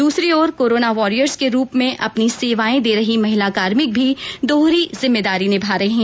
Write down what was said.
दूसरी ओर corona warriors के रूप में अपनी सेवाएं दे रही महिला कार्भिक भी दोहरी जिम्मेदारी निभा रही है